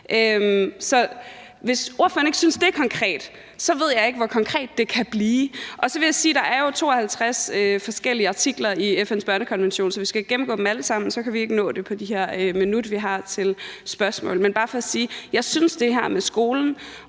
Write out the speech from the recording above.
hvis ordføreren ikke synes, at det er konkret, så ved jeg ikke, hvor konkret det kan blive. Der er jo 52 forskellige artikler i FN's børnekonvention, så hvis vi skal gennemgå dem alle sammen, kan vi ikke nå det på det minut, vi har til spørgsmål. Men det er bare for at sige, at jeg synes, at det her med skolen,